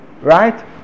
Right